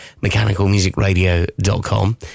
mechanicalmusicradio.com